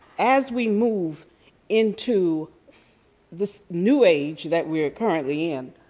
as we move into this new age that we are currently in,